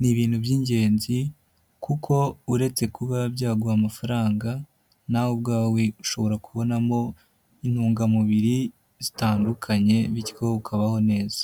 ni ibintu by'ingenzi ,kuko uretse kuba byaguha amafaranga, na we ubwawe ushobora kubonamo intungamubiri zitandukanye, bityo ukabaho neza.